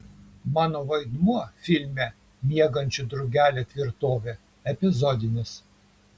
mano vaidmuo filme miegančių drugelių tvirtovė epizodinis